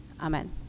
Amen